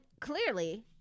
clearly